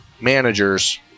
managers